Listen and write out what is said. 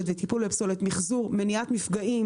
המחזור וכן למטרות הקבועות בסעיף 10. מה הן המטרות בסעיף 10?